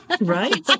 right